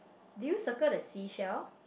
do you circle the sea shell